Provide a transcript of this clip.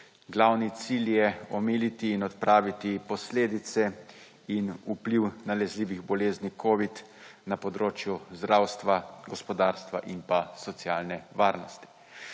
Glavni cilj je omiliti in odpraviti posledice in vpliv nalezljivih boleznih covid na področju zdravstva, gospodarstva in pa socialne varnosti.